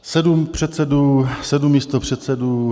Sedm předsedů, sedm místopředsedů.